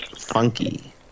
funky